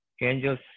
angels